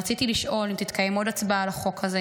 רציתי לשאול אם תתקיים עוד הצבעה על החוק הזה,